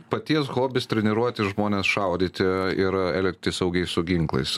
paties hobis treniruoti žmones šaudyti ir elgtis saugiai su ginklais